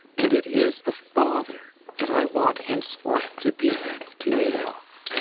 and it is a father that i want henceforth to be to eyolf.